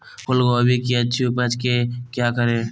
फूलगोभी की अच्छी उपज के क्या करे?